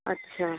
अच्छा